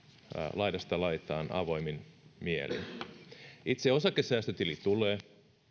laidasta laitaan avoimin mielin itse osakesäästötili tulee